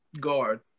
Guard